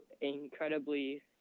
incredibly